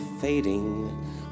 fading